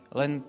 len